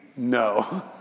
No